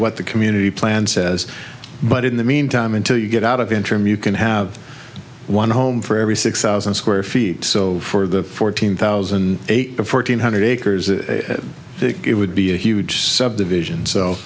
what the community plan says but in the meantime until you get out of the interim you can have one home for every six thousand square feet for the fourteen thousand and eight to fourteen hundred acres and it would be a huge subdivision so